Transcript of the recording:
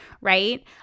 Right